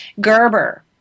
Gerber